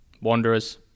Wanderers